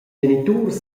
geniturs